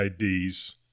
IDs